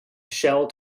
shell